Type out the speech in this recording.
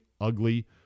ugly